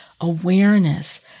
awareness